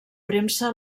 premsa